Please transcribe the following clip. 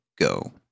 go